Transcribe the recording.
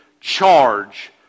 charge